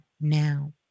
now